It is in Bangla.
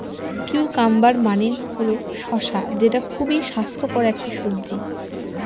কিউকাম্বার মানে হল শসা যেটা খুবই স্বাস্থ্যকর একটি সবজি